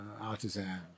artisan